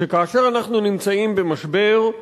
שכאשר אנחנו נמצאים במשבר,